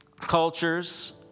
cultures